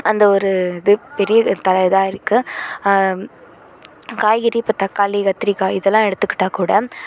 அந்த ஒரு இது பெரிய தல இதாக இருக்குது காய்கறி இப்போ தக்காளி கத்திரிக்காய் இதெல்லாம் எடுத்துக்கிட்டால்கூட